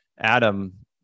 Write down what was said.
Adam